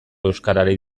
euskarari